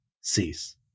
cease